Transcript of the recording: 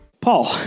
Paul